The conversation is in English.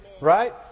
Right